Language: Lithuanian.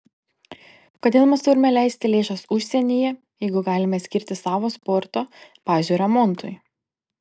kodėl mes turime leisti lėšas užsienyje jeigu galime skirti savo sporto bazių remontui